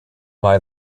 buy